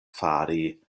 fari